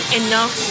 enough